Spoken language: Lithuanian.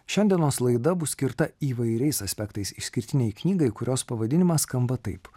šiandienos laida bus skirta įvairiais aspektais išskirtinei knygai kurios pavadinimas skamba taip